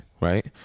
right